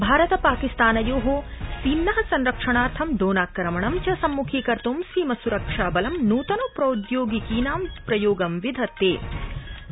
भारत पाकिस्तानयो सीम्न संरक्षणार्थं ड्रोनाक्रमणं च सम्म्खीकर्त्ं सीम संरक्षा बलं नूतन प्रौद्योगिकीनां प्रयोगं विधत्ते